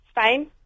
Spain